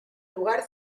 lugar